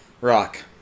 Rock